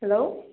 hello